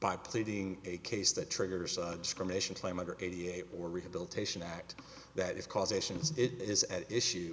by pleading a case that triggers a discrimination claim under eighty eight or rehabilitation act that is causation is it is